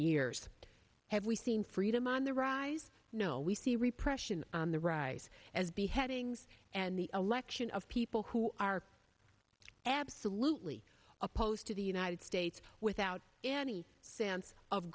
years have we seen freedom on the rise no we see repression on the rise as beheadings and the election of people who are absolutely opposed to the united states without any sense of